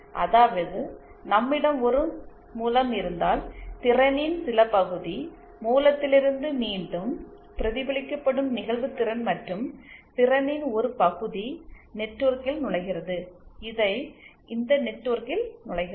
அதாவது நம்மிடம் ஒரு மூலம் இருந்தால் திறனின் சில பகுதி மூலத்திலிருந்து மீண்டும் பிரதிபலிக்கப்படும் நிகழ்வு திறன் மற்றும் திறனில் ஒரு பகுதி நெட்வொர்க்கில் நுழைகிறது இந்த நெட்வொர்க்கில் நுழைகிறது